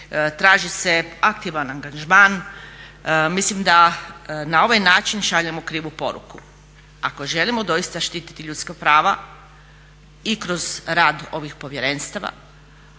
traži se aktivan angažman. Mislim da na ovaj način šaljemo krivu poruku. Ako želimo doista štititi ljudska prava i kroz rad ovih povjerenstava